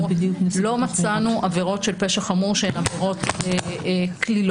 ולא מצאנו עבירות של פשע חמור שהן עבירות קלילות.